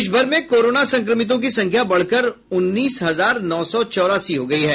देशभर में कोरोना संक्रमितों की संख्या बढ़कर उन्नीस हजार नौ सौ चौरासी हो गयी है